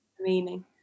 meaning